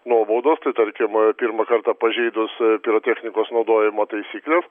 nuobaudos tai tarkim pirmą kartą pažeidus pirotechnikos naudojimo taisykles